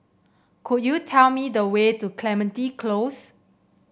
could you tell me the way to Clementi Close